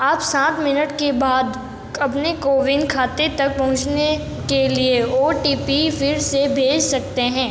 आप सात मिनट के बाद अपने कोविन खाते तक पहुँचने के लिए ओ टी पी फिर से भेज सकते हैं